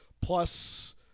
plus